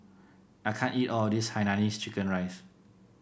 I can't eat all of this Hainanese Chicken Rice